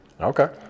Okay